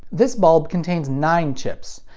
this bulb contains nine chips.